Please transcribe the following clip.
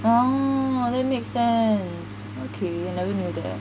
oh that make sense okay I never knew that